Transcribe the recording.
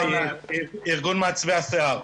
ארגון מעצבי השיער.